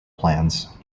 plans